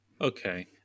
Okay